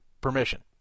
permission